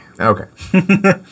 Okay